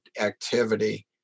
activity